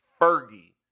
Fergie